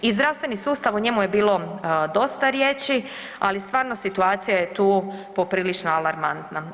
I zdravstveni sustav o njemu je bilo dosta riječ, ali stvarno situacija je tu poprilično alarmantna.